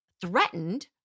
threatened